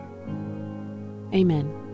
Amen